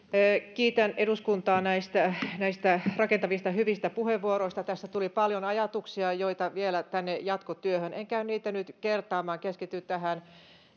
kiitän eduskuntaa näistä näistä rakentavista hyvistä puheenvuoroista tässä tuli paljon ajatuksia vielä tänne jatkotyöhön en käy niitä nyt kertaamaan vaan keskityn tähän